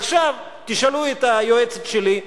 עכשיו, תשאלו את היועצת שלי.